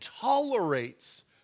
tolerates